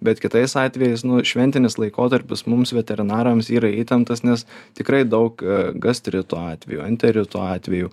bet kitais atvejais nu šventinis laikotarpis mums veterinarams yra įtemptas nes tikrai daug gastrito atvejų enterito atvejų